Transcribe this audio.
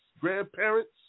grandparents